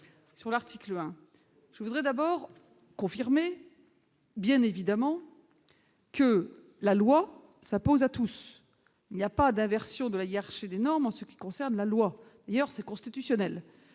de l'article 1, je voudrais d'abord confirmer que, bien évidemment, la loi s'impose à tous. Il n'y a pas d'inversion de la hiérarchie des normes en ce qui concerne la loi ; d'ailleurs, ce serait inconstitutionnel.